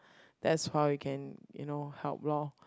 that's how you can you know help loh